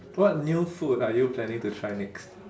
what new food are you planning to try next